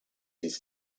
his